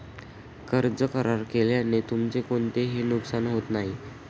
कर्ज करार केल्याने तुमचे कोणतेही नुकसान होत नाही